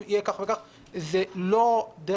שבמקרים המתאימים שבהם יהיה מאוד ברור שמישהו